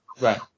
right